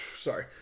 Sorry